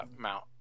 Mount